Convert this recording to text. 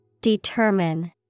Determine